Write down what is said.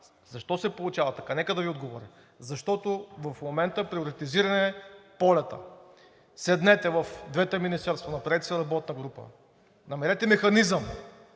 Защо се получава така? Нека да Ви отговоря: защото в момента приоритизиран е полетът! Седнете в двете министерства, направете си работна група, намерете механизъм